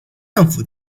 政府